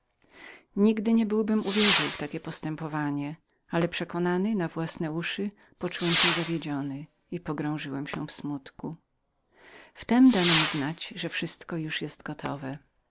nigdy nie byłbym uwierzył temu postępowaniu ale przekonany własnemi uszami pogrążyłem się w smutku i rozpaczy wtem dano mi znać że wszystko już było gotowem